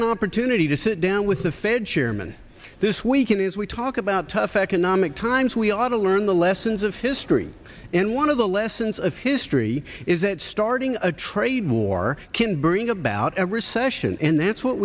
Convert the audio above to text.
an opportunity to sit down with the fed chairman this week and as we talk about tough economic times we ought to learn the lessons of history and one of the lessons of history is that starting a trade war can bring about a recession and that's what